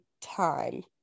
time